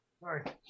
Sorry